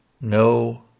No